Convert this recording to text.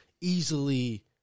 easily